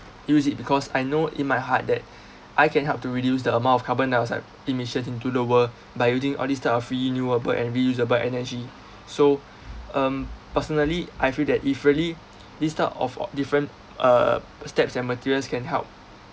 use it because I know in my heart that I can help to reduce the amount of carbon dioxide emissions into the world by using all this type of free renewable and reusable energy so um personally I feel that if really this type of different uh steps and materials can help